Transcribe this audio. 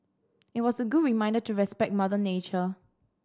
it was a good reminder to respect mother nature